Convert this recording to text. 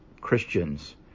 Christians